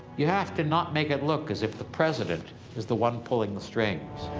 you have to not make it look as if the president is the one pulling the strings.